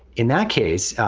in that case,